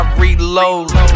reload